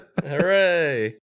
Hooray